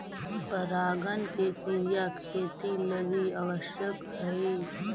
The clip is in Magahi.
परागण के क्रिया खेती लगी आवश्यक हइ